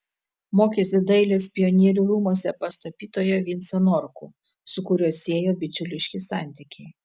mokėsi dailės pionierių rūmuose pas tapytoją vincą norkų su kuriuo siejo bičiuliški santykiai